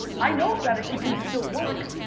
i know that it it can still work,